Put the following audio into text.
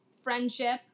friendship